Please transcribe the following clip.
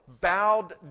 bowed